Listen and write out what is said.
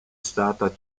stata